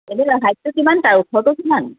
এনে হাইটটো কিমান তাৰ ওখটো কিমান